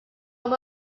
him